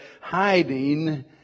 hiding